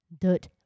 dirt